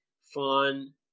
fun